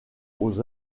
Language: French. aux